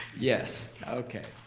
yes, okay.